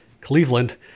Cleveland